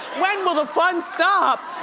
when will the fun stop?